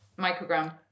microgram